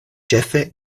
ĉefe